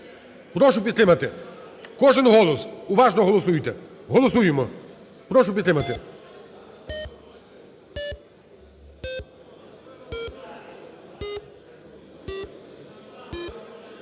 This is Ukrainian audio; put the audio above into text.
прошу підтримати кожен голос, уважно голосуйте. Голосуємо. Прошу підтримати.